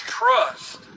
trust